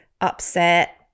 upset